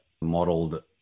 modeled